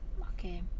okay